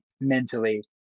mentally